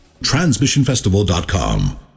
TransmissionFestival.com